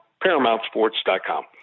ParamountSports.com